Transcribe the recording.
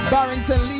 Barrington